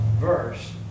Verse